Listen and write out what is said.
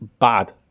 bad